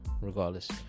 regardless